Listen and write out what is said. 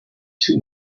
too